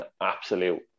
absolute